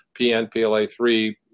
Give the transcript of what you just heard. PNPLA3